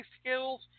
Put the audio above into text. skills